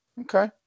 Okay